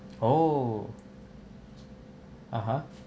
oh (uh huh)